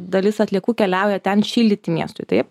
dalis atliekų keliauja ten šildyti miestui taip